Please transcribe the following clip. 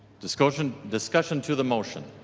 discussion discussion to the motion?